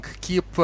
keep